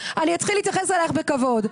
אני אתחיל להתייחס אליך בכבוד.